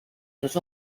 los